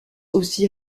aussi